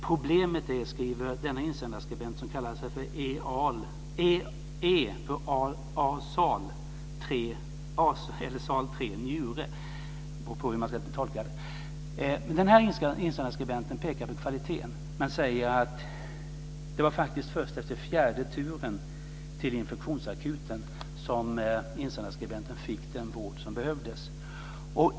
Problemet är kvaliteten, skriver denna insändarskribent som kallar sig för "E A sal 3 njure", och pekar på att det faktiskt var först efter fjärde turen till infektionsakuten som insändarskribenten fick den vård som behövdes.